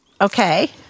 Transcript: Okay